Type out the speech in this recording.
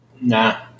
Nah